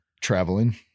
traveling